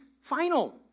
final